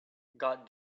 god